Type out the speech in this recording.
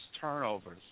turnovers